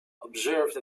observe